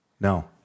No